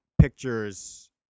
pictures